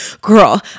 girl